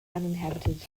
uninhabited